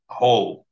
whole